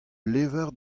levr